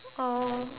oh